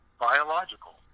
biological